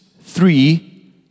three